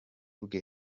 bwe